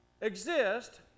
exist